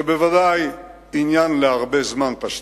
זה בוודאי עניין להרבה זמן, תשתיות.